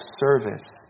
service